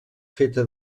feta